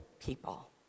people